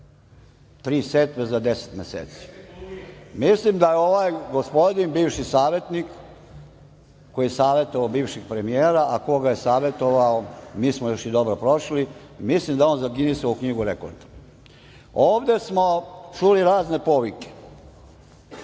setve za 10 meseci. Mislim da je ovaj gospodin, bivši savetnik, koji je savetovao bivšeg premijera, a ko ga je savetovao mi smo još i dobro prošli, mislim da je on za Ginisovu knjigu rekorda. Ovde smo čuli razne povike.